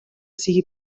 sigui